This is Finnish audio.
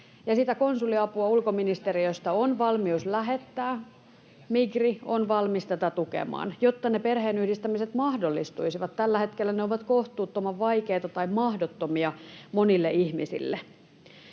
sitä konsuliapua ulkoministeriöstä on valmius lähettää. Migri on valmis tätä tukemaan, jotta ne perheenyhdistämiset mahdollistuisivat. Tällä hetkellä ne ovat kohtuuttoman vaikeita tai mahdottomia monille ihmisille.